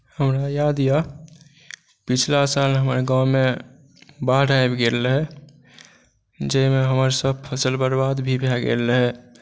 हमरा याद यऽ पिछला साल हमर गाँवमे बाढ़ि आबि गेल रहै जाहिमे हमर सभ फसल बर्बाद भी भय गेल रहै